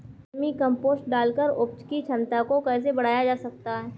Vermi compost डालकर उपज की क्षमता को कैसे बढ़ाया जा सकता है?